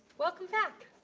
welcome back.